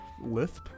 lisp